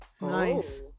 Nice